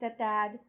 stepdad